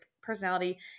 personality